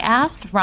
asked